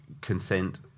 Consent